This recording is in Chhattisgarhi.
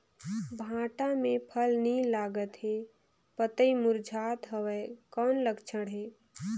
भांटा मे फल नी लागत हे पतई मुरझात हवय कौन लक्षण हे?